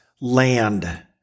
land